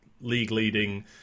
league-leading